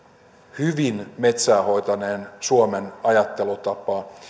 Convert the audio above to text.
hyvin metsää hoitaneen suomen ajattelutapaa